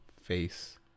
face